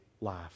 life